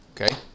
Okay